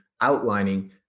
outlining